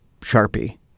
Sharpie